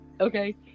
Okay